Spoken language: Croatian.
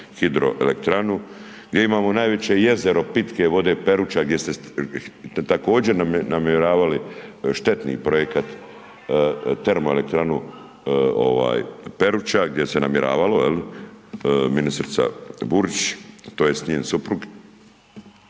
hidroelektranu, gdje imamo najveće jezero pitke vode Peruča gdje ste također namjeravali štetni projekt termoelektranu Peruča, gdje se namjeravalo, jel', ministrica Burić tj., njen suprug.